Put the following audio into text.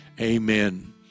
Amen